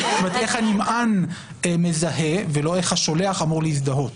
את אומרת איך הנמען מזהה ולא איך השולח אמור להזדהות.